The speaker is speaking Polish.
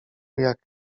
jak